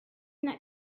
that